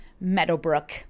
Meadowbrook